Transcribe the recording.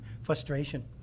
frustration